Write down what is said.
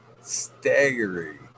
staggering